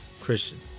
Christian